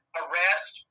arrest